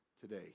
today